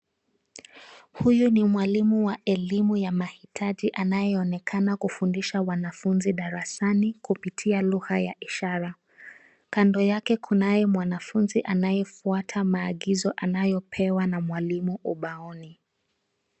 Huyu ni mwalimu wa elimu ya mahitaji anayeonekana kufundisha wanafunzi darasani kupitia lugha ya ishara. Kando yake kunaye mwanafunzi anayefuata maagizo anayopewa na mwalimu ubaoni.